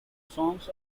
songs